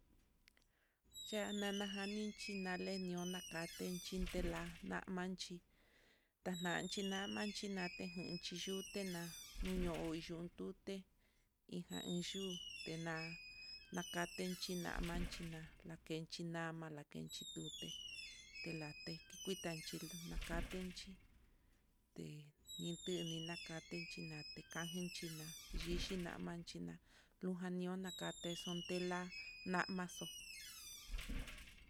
Ya'a nana janinchi nalé niona katenchín, tela kamanchí tenan chinate naté, kenchi yute na'a nuño'o ontuté ian iin yuu tená, nakade chinama tena kenchi lama la kenchi tute, telate tikuiita tilon nakatechí ntu ninaka tenchi nakeka xhina xhi xhinama xhina liujaniona katexon tela namaxo'o.